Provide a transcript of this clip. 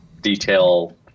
detail